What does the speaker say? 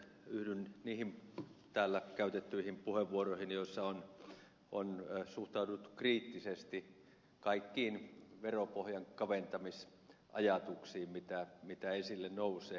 yhdyn niihin täällä käytettyihin puheenvuoroihin joissa on suhtauduttu kriittisesti kaikkiin veropohjan kaventamisajatuksiin joita esille nousee